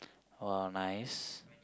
!wow! nice